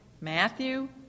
Matthew